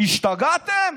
השתגעתם?